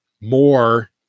more